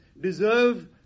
deserve